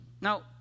Now